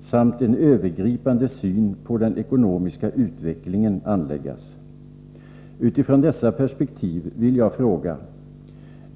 samt en övergripande syn på den ekonomiska utvecklingen anläggas. Utifrån dessa perspektiv vill jag fråga: